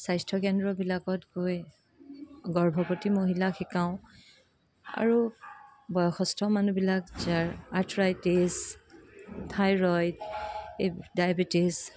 স্বাস্থ্যকেন্দ্ৰবিলাকত গৈ গৰ্ভৱতী মহিলাক শিকাওঁ আৰু বয়সস্থ মানুহবিলাক যাৰ আৰ্থ্ৰাইটিছ থাইৰইড ডাইবেটিছ